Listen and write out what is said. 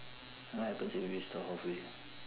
what happens if we stop halfway